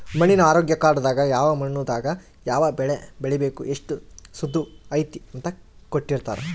ಮಣ್ಣಿನ ಆರೋಗ್ಯ ಕಾರ್ಡ್ ದಾಗ ಯಾವ ಮಣ್ಣು ದಾಗ ಯಾವ ಬೆಳೆ ಬೆಳಿಬೆಕು ಎಷ್ಟು ಸತುವ್ ಐತಿ ಅಂತ ಕೋಟ್ಟಿರ್ತಾರಾ